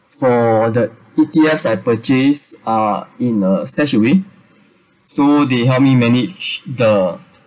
for the E_T_F I purchase uh in a such a way so they help me manage the